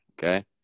okay